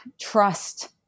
trust